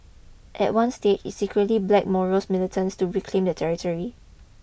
at one stage it secretly blacked Moro militants to reclaim the territory